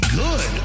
good